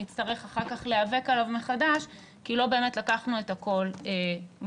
נצטרך אחר כך להיאבק עליו מחדש כי לא באמת לקחנו את הכול בחשבון.